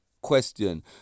question